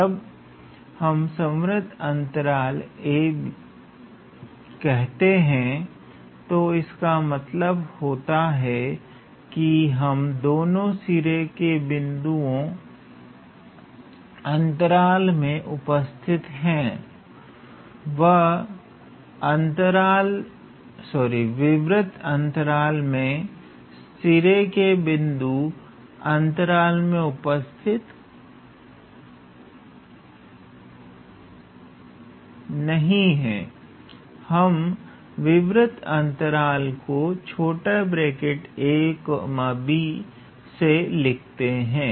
जब हम संवृतअंतराल कहते हैं तो उसका मतलब होता है कि दोनों सिरे के बिंदु अंतराल में उपस्थित है और विवृत अंतराल में सिरे के बिंदु अंतराल में उपस्थित नहीं है हम विवृत अंतराल को ab से लिखते हैं